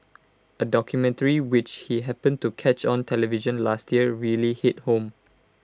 A documentary which he happened to catch on television last year really hit home